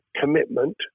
commitment